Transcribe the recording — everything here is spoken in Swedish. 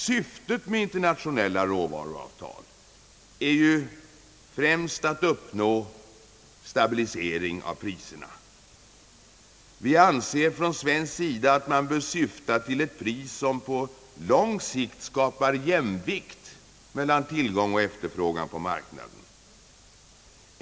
Syftet med internationella råvaruavtal är ju främst att uppnå stabilisering av priserna. Vi anser från svensk sida att man bör syfta till ett pris som på lång sikt skapar jämvikt mellan tillgång och efterfrågan på marknaden.